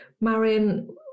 Marion